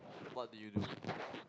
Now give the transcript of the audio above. what did you do